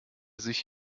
sich